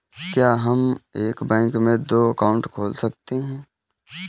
क्या हम एक बैंक में दो अकाउंट खोल सकते हैं?